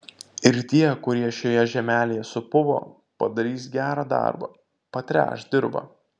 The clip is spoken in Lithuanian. ir tie kurie šioje žemelėje supuvo padarys gerą darbą patręš dirvą